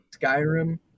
Skyrim